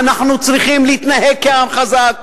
אנחנו צריכים להתנהג כעם חזק,